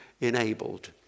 enabled